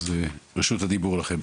רשות הדיבור לכם.